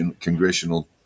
Congressional